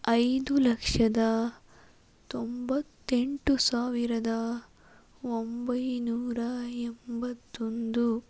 ಐದು ಲಕ್ಷದ ತೊಂಬತ್ತೆಂಟು ಸಾವಿರದ ಒಂಬೈನೂರ ಎಂಬತ್ತೊಂದು